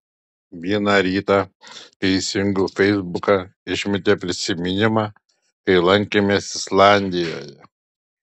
vieną rytą kai įsijungiau feisbuką išmetė prisiminimą kai lankėmės islandijoje